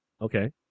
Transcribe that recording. Okay